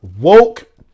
woke